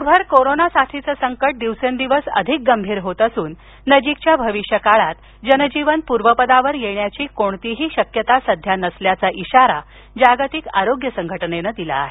जगभर कोरोना साथीचं संकट दिवसेंदिवस अधिक गंभीर होत असून नजीकच्या भविष्य काळात जनजीवन पूर्वपदावर येण्याची कोणातीही शक्यता सध्या नसल्याचा इशारा जागतिक आरोग्य संघटनेनं दिला आहे